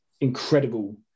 incredible